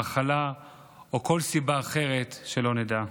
מחלה או כל סיבה אחרת, שלא נדע.